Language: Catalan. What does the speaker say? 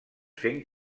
fent